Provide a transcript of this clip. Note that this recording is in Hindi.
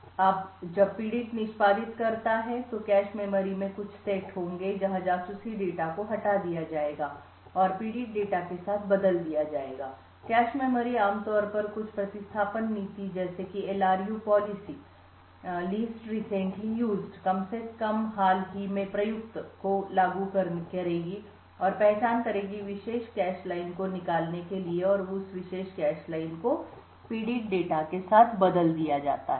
अब जब पीड़ित निष्पादित करता है तो कैश मेमोरी में कुछ सेट होंगे जहां जासूसी डेटा को हटा दिया जाएगा और पीड़ित डेटा के साथ बदल दिया जाएगा कैश मेमोरी आमतौर पर कुछ प्रतिस्थापन नीति जैसे कि LRU पॉलिसी कम से कम हाल ही में प्रयुक्त को लागू करेगी और पहचान करेगी विशेष कैश लाइन को निकालने के लिए और उस विशेष कैश लाइन को पीड़ित डेटा के साथ बदल दिया जाता है